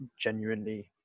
genuinely